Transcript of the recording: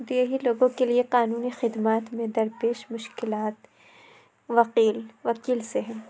دیہی لوگوں کے لیے قانونی خدمات میں درپیش مشکلات وکیل وکیل سے ہے